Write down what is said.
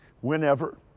Whenever